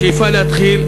השאיפה להתחיל,